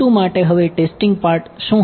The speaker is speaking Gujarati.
માટે હવે ટેસ્ટિંગ પાર્ટ શું હશે